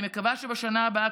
אני מקווה שבשנה הבאה,